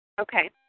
Okay